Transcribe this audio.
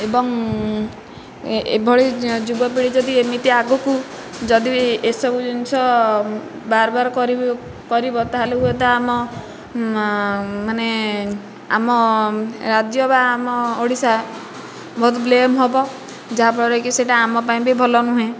ଏବଂ ଏଭଳି ଯୁବପିଢ଼ି ଯଦି ଏମତି ଆଗକୁ ଯଦି ଏସବୁ ଜିନଷ ବାର୍ବାର୍ କରିବେ କରିବ ତାହେଲେ ହୁଏତ ଆମ ମାନେ ଆମ ରାଜ୍ୟ ବା ଆମ ଓଡ଼ିଶା ବହୁତ ବ୍ଲେମ ହେବ ଯାହା ଫଳରେକି ସେଇଟା ଆମ ପାଇଁ ବି ଭଲନୁହେଁ